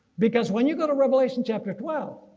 because when you go to revelation chapter twelve